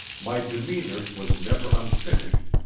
my demeanour was never unfinished,